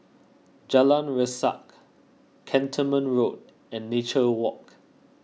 Jalan Resak Cantonment Road and Nature Walk